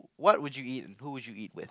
what would you eat and who would you eat with